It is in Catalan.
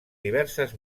diverses